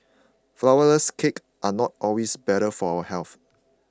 Flourless Cakes are not always better for health